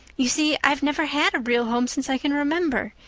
you see, i've never had a real home since i can remember.